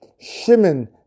Shimon